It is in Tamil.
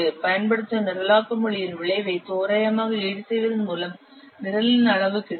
பயன்படுத்தப்படும் நிரலாக்க மொழியின் விளைவை தோராயமாக ஈடுசெய்வதன் மூலம் நிரலின் அளவு கிடைக்கும்